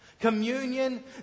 Communion